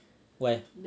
what